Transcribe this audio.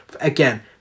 Again